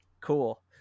cool